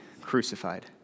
crucified